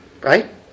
right